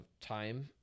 time